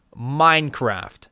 Minecraft